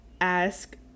ask